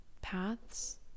paths